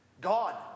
God